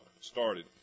started